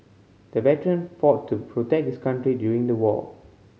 the veteran fought to protect his country during the war